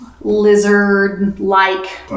lizard-like